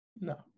No